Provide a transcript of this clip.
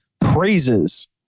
praises